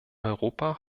europa